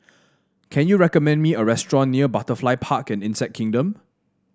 can you recommend me a restaurant near Butterfly Park and Insect Kingdom